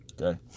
Okay